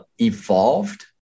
evolved